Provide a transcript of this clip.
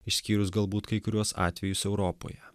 išskyrus galbūt kai kuriuos atvejus europoje